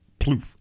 ploof